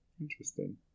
Interesting